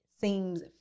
seems